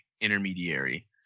intermediary